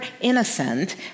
innocent